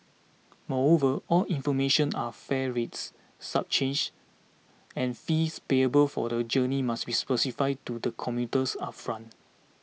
moreover all information are fare rates surcharges and fees payable for the journey must be specified to the commuters upfront